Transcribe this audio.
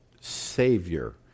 Savior